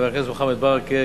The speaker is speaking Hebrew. חבר הכנסת מוחמד ברכה,